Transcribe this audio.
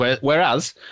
whereas